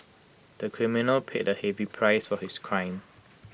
the criminal paid A heavy price for his crime